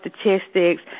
statistics